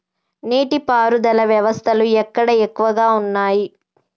నీటి పారుదల వ్యవస్థలు ఎక్కడ ఎక్కువగా ఉన్నాయి?